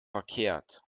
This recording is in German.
verkehrt